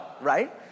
right